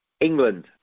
England